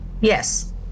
Yes